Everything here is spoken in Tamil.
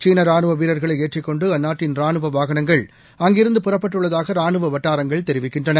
சீன ராணுவ வீரர்களை ஏற்றிக் கொண்டு அந்நாட்டின் ராணுவ வாகனங்கள் அங்கிருந்து புறப்பட்டுள்ளதாக ராணுவ வட்டாரங்கள் தெரிவிக்கின்றன